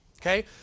Okay